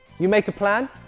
you make a plan,